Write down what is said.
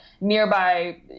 nearby